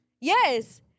Yes